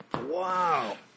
Wow